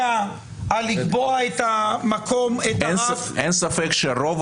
ההצדקה לקבוע את הרף --- אין ספק שרוב